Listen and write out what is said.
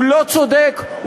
לא צודק,